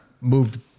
Moved